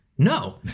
No